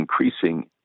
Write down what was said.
increasing